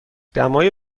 دمای